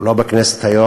הוא לא בכנסת היום,